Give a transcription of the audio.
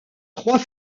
trois